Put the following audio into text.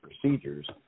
procedures